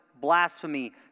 blasphemy